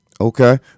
Okay